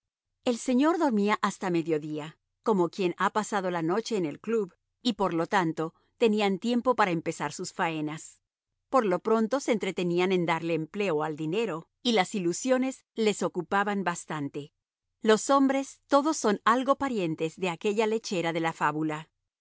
el señor dormía hasta mediodía como quien ha pasado la noche en el club y por lo tanto tenían tiempo para empezar sus faenas por lo pronto se entretenían en darle empleo al dinero y las ilusiones les ocupaban bastante los hombres todos son algo parientes de aquella lechera de la fábula